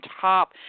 top